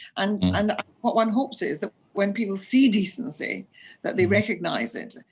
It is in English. and and what one hopes is that when people see decency that they recognise it,